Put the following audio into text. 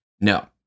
No